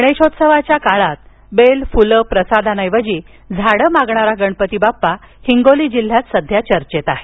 गणेश उत्सवाच्या काळात बेल फुल प्रसादाऐवजी झाडं मागणारा गणपती बाप्पा हिंगोली जिल्ह्यात सध्या चर्चेत आहे